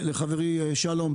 לחברי שלום,